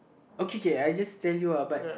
okay K I just tell you uh but